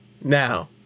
Now